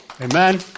Amen